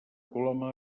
coloma